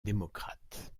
démocrate